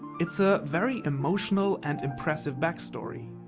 it's a very emotional and impressive backstory.